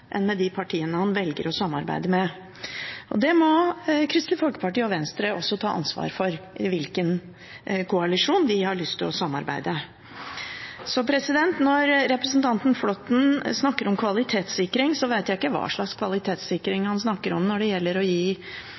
med de partiene han velger å samarbeide med. Kristelig Folkeparti og Venstre må også ta ansvar for i hvilken koalisjon de har lyst til å samarbeide. Når representanten Flåtten snakker om kvalitetssikring, vet jeg ikke hva slags kvalitetssikring han snakker om når det gjelder å gi